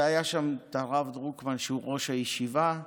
והיה שם הרב דרוקמן, שהוא ראש הישיבה,